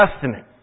Testament